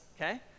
okay